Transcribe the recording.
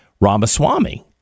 Ramaswamy